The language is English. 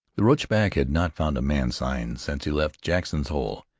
the roachback had not found a man-sign since he left jackson's hole,